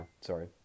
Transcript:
Sorry